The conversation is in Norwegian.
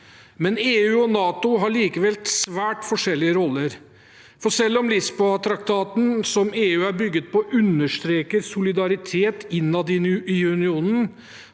land. EU og NATO har likevel svært forskjellige roller. Selv om Lisboa-traktaten, som EU er bygd på, understreker solidaritet innad i unionen,